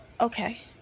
Okay